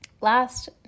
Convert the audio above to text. Last